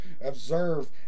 observe